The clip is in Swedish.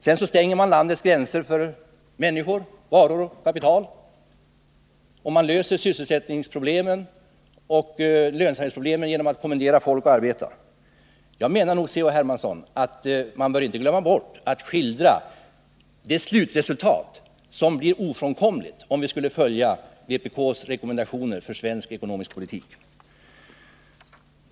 Sedan stänger man landets gränser för människor, varor och kapital, och man löser sysselsättningsproblemen och lönsamhetsproblemen genom att kommendera folk att arbeta. Jag anser, C.-H. Hermansson, att man inte bör glömma bort att skildra det slutresultat som blir ofrånkomligt, om vi skulle följa vpk:s rekommendationer för svensk ekonomisk politik.